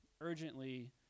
urgently